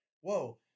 whoa